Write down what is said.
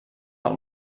del